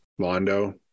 londo